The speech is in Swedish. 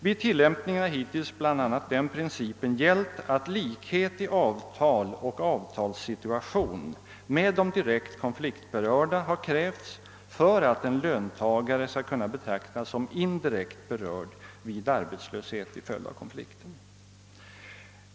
Vid tillämpningen har hittills bl.a. den principen gällt att likhet i avtal och avtalssituation med de direkt konfliktberörda har krävts för att en löntagare skall kunna betraktas som indirekt berörd vid arbetslöshet till följd av konflikten.